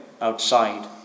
outside